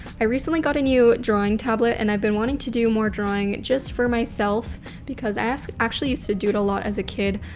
i recently got a new drawing tablet and i've been wanting to do more drawing just for myself because i actually used to do it a lot as a kid.